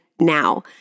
now